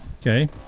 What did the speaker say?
okay